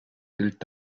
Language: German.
gilt